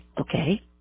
okay